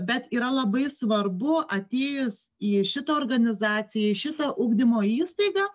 bet yra labai svarbu atėjus į šitą organizaciją į šitą ugdymo įstaigą